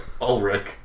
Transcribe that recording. Ulrich